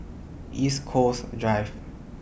East Coast Drive